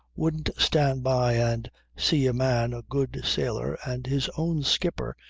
wouldn't stand by and see a man, a good sailor and his own skipper,